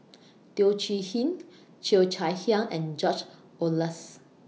Teo Chee Hean Cheo Chai Hiang and George Oehlers